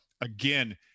again